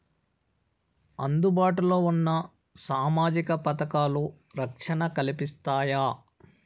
అందుబాటు లో ఉన్న సామాజిక పథకాలు, రక్షణ కల్పిస్తాయా?